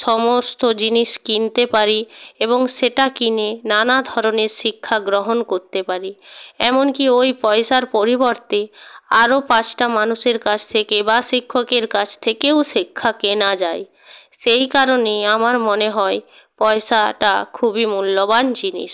সমস্ত জিনিস কিনতে পারি এবং সেটা কিনে নানা ধরনের শিক্ষা গ্রহণ করতে পারি এমন কি ওই পয়সার পরিবর্তে আরও পাঁচটা মানুষের কাছ থেকে বা শিক্ষকের কাছ থেকেও শিক্ষা কেনা যায় সেই কারণেই আমার মনে হয় পয়সাটা খুবই মূল্যবান জিনিস